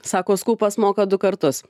sako skūpas moka du kartus